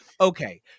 Okay